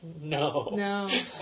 no